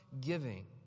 giving